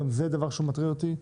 גם זה דבר שהוא מטריד אותי.